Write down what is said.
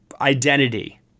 identity